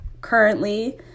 currently